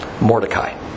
Mordecai